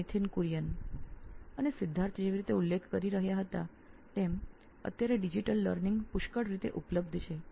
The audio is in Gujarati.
નીથિન કુરિયન સીઓઓ નોઇન ઇલેક્ટ્રોનિક્સ અને સિદ્ધાર્થ જેવી રીતે ઉલ્લેખ કરી રહ્યા હતા તેમ અત્યારે ડિજિટલ લર્નિંગ અત્યારે ડિજિટલ લર્નિંગની પુષ્કળ વ્યવસ્થા છે